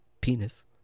Penis